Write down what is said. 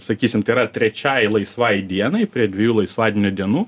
sakysim tai yra trečiai laisvai dienai prie dviejų laisvadienio dienų